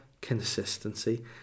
consistency